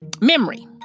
memory